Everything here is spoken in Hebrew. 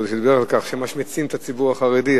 הוא דיבר על כך שמשמיצים את הציבור החרדי.